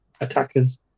attackers